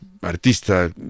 artista